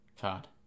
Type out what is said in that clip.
card